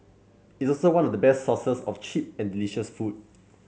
it's also one of the best source for cheap and delicious food